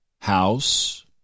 house